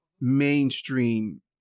mainstream